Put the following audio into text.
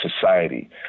society